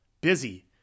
busy